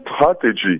strategy